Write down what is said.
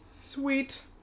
Sweet